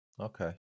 Okay